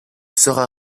sera